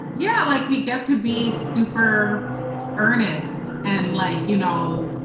yeah, like we get to be super earnest, and like, you know,